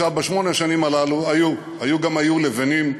בשמונה השנים הללו היו גם היו לבנים ומבנים,